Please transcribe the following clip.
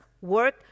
Work